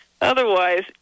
Otherwise